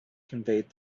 conveyed